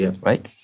right